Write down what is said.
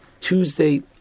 Tuesday